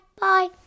Bye